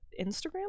Instagram